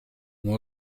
ont